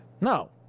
No